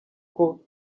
koko